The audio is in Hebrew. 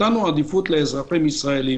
נתנו עדיפות לאזרחים ישראלים.